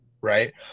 right